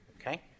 Okay